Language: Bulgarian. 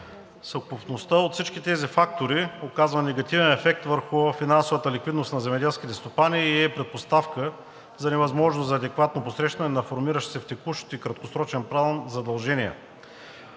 Съвкупността от всички тези фактори оказва негативен ефект върху финансовата ликвидност на земеделските стопани и е предпоставка за невъзможност, за адекватно посрещане на формиращи се в текущ и краткосрочен план задължения.